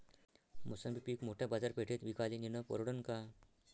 मोसंबी पीक मोठ्या बाजारपेठेत विकाले नेनं परवडन का?